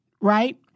right